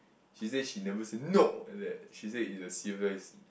she say she never say no like that she say in a civilised